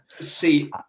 see